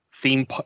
theme